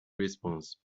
response